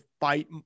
fight